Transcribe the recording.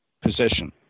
position